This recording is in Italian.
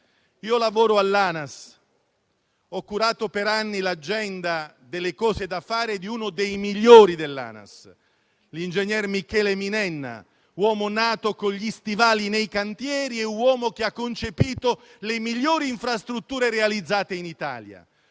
Lavoro all'ANAS e ho curato per anni l'agenda delle cose da fare di uno dei migliori dell'ANAS, l'ingegner Michele Minenna, uomo nato con gli stivali nei cantieri e uomo che ha concepito le migliori infrastrutture realizzate in Italia,